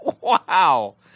Wow